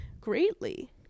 greatly